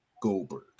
Goldberg